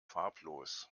farblos